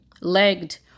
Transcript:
legged